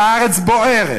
שהארץ בוערת,